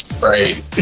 Right